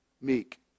Meek